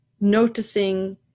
noticing